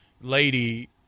lady